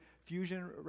fusion